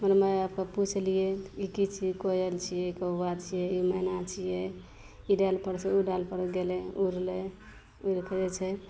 मने माइ आएल तऽ पुछलिए ई कि छिए कोयल छिए कौआ छिए ई मैना छिए ई डारिपरसे डारिपर गेलै उड़लै उड़िके जे छै